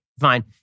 fine